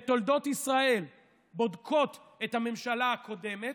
בתולדות ישראל בודקות את הממשלה הקודמת.